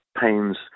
pains